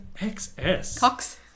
X-S